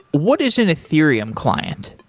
what is an ethereum client?